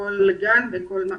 וכל גן ומעון,